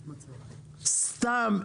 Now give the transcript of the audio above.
סתם,